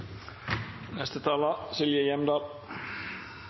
Neste taler